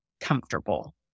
comfortable